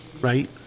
right